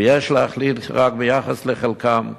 ויש להחליט רק ביחס לחלקם?